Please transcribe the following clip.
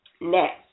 next